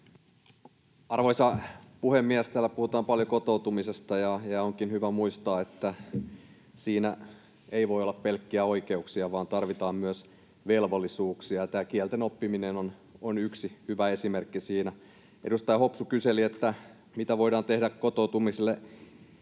Arvoisa puhemies! Täällä puhutaan paljon kotoutumisesta, ja onkin hyvä muistaa, että siinä ei voi olla pelkkiä oikeuksia vaan tarvitaan myös velvollisuuksia, ja tämä kielten oppiminen on yksi hyvä esimerkki siinä. Kun edustaja Hopsu kyseli, mitä voidaan tehdä kotoutumiselle